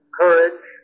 courage